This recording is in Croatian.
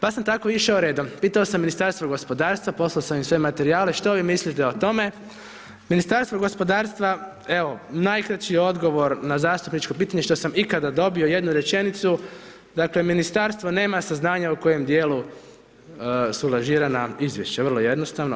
Pa sam tako išao redom, pitao sam Ministarstvo gospodarstva, poslao im sve materijale, što vi mislite o tome, Ministarstvo gospodarstva evo najkraći odgovor na zastupničko pitanje što sam ikada dobio, jednu rečenicu, dakle ministarstvo nema saznanja u kojem dijelu su lažirana izvješća, vrlo jednostavno.